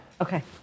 Okay